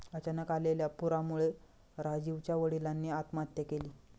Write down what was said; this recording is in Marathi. अचानक आलेल्या पुरामुळे राजीवच्या वडिलांनी आत्महत्या केली